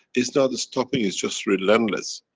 is not stopping is just relentless.